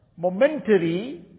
momentary